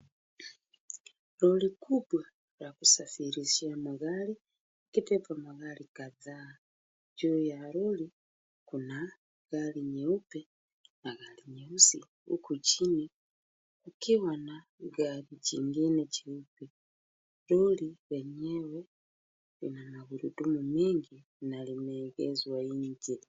Lori kubwa la kusafirishia magari ikibeba magari kadhaa. Juu ya lori kuna gari nyeupe na gari nyeusi, huku chini kukiwa na gari jingine jeupe. Lori lenyewe lina magurudumu mengi na limeegezwa nje.